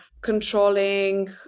controlling